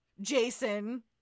Jason